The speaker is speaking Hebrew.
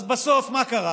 אז בסוף מה קרה?